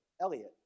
Elliot